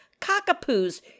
Cockapoos